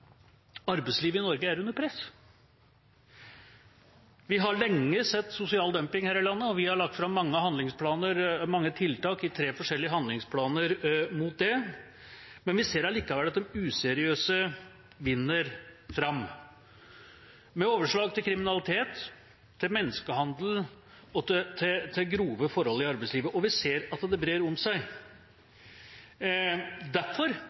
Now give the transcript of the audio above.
arbeidslivet i Norge er under press. Vi har lenge sett sosial dumping her i landet, og vi har lagt fram mange tiltak i tre forskjellige handlingsplaner mot det, men vi ser allikevel at de useriøse vinner fram, med overslag til kriminalitet, til menneskehandel og til grove forhold i arbeidslivet, og vi ser at det brer om seg. Derfor